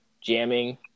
jamming